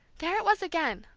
there it was again,